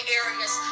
areas